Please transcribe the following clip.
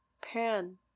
Pan